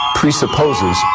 presupposes